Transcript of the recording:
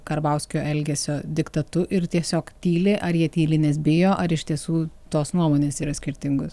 karbauskio elgesio diktatu ir tiesiog tyli ar jie tyli nes bijo ar iš tiesų tos nuomonės yra skirtingos